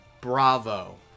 Bravo